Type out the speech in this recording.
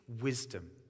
wisdom